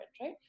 right